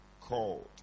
called